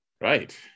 Right